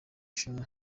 bushinwa